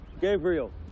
Gabriel